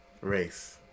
Race